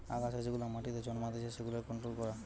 আগাছা যেগুলা মাটিতে জন্মাতিচে সেগুলার কন্ট্রোল করা